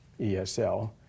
ESL